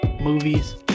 movies